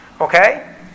Okay